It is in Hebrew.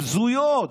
הבזויות,